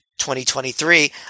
2023